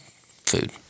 food